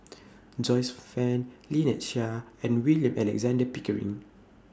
Joyce fan Lynnette Seah and William Alexander Pickering